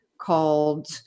called